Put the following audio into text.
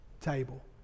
table